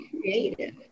creative